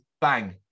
bang